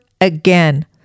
again